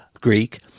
Greek